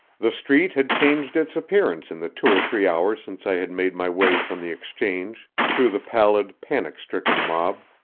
the street had changed its appearance in the two or three hours since i had made my way from the exchange through the pallid, panic-stricken mob.